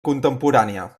contemporània